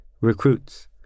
recruits